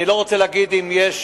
אני לא רוצה להגיד אם יש